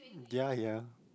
ya ya